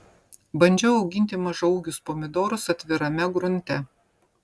bandžiau auginti mažaūgius pomidorus atvirame grunte